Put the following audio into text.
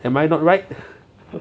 am I not right